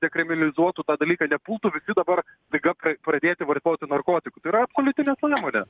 dekriminalizuotų tą dalyką nepultų visi dabar staiga pradėti vartoti narkotikų tai yra absoliuti nesąmonė